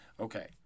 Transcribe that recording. Okay